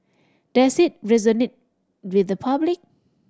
does it resonate with the public